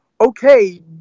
okay